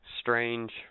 Strange